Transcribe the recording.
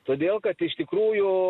todėl kad iš tikrųjų